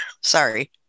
Sorry